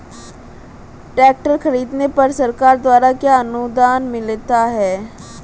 Tractor खरीदने पर सरकार द्वारा क्या अनुदान मिलता है?